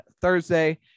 Thursday